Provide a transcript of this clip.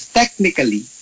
technically